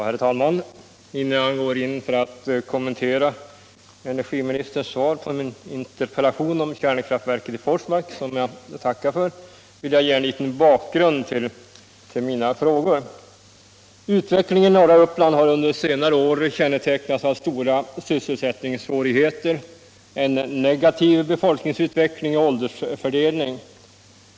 Herr talman! Innan jag går in på att kommentera energiministerns svar på min interpellation om kärnkraftverket i Forsmark, som jag tackar för, vill jag ge en liten bakgrund till mina frågor. Utvecklingen i norra Uppland har under senare år kännetecknats av stora sysselsättningssvårigheter, negativ befolkningsutveckling och negativ åldersfördelning.